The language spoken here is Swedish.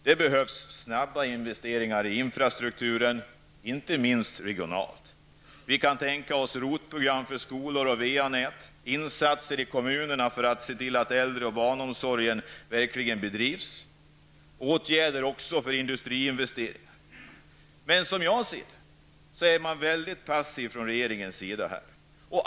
Det behövs snabba investeringar i infrastrukturen, inte minst regionalt. Vi kan tänka oss ROT-program för skolor och VA nät. Vi kan också tänka oss insatser i kommunerna för att se till att äldreomsorg och barnomsorg verkligen bedrivs. Vi vill vidare sätta in åtgärder för att öka industrins investeringar. Som jag ser det är regeringen mycket passiv på dessa områden.